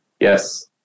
Yes